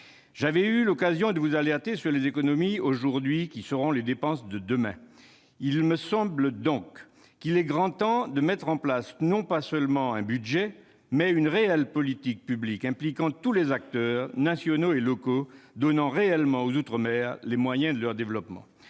J'ai déjà eu l'occasion de vous alerter sur les économies d'aujourd'hui qui font les dépenses de demain. Il me semble qu'il est grand temps de mettre en place, non pas seulement un budget, mais une réelle politique publique impliquant tous les acteurs, nationaux et locaux, donnant réellement aux outre-mer les moyens de leur développement.